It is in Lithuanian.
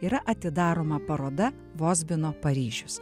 yra atidaroma paroda vozbino paryžius